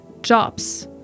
jobs